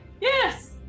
yes